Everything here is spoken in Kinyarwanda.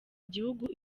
igihugu